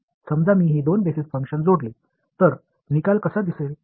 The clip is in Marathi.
समजा मी ही दोन बेसिस फंक्शन जोडली तर निकाल कसा दिसेल